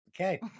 Okay